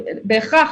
בהכרח,